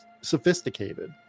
sophisticated